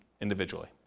individually